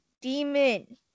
demon